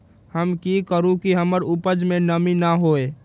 हम की करू की हमर उपज में नमी न होए?